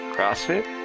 CrossFit